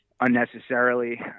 unnecessarily